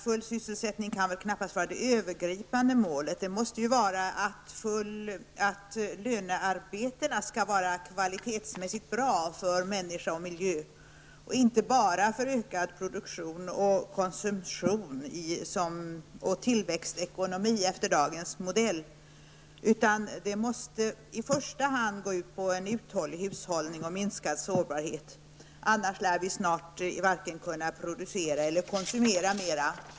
Full sysselsättning kan knappast vara det övergripande målet, utan det måste vara att lönearbetena skall vara kvalitetsmässigt bra för människa och miljö. Det får inte bara handla om ökad produktion, konsumtion och tillväxtekonomi efter dagens modell, utan det hela måste i första hand gå ut på en uthållig hushållning och minskad sårbarhet. Annars lär vi snart varken kunna producera eller konsumera mer.